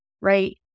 right